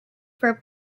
for